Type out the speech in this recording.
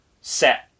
set